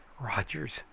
Rogers